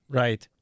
right